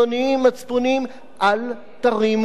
אל תרימו יד נגד החוק הזה.